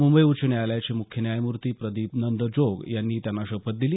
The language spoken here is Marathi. मुंबई उच्च न्यायालयाचे मुख्य न्यायमूर्ती प्रदीप नंद्रजोग यांनी त्यांना शपथ दिली